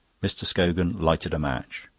mr. scogan lighted a match.